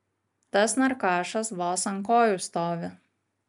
tas narkašas vos ant kojų stovi